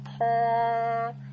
poor